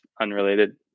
unrelated